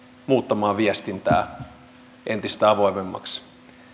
muuttamaan viestintää entistä avoimemmaksi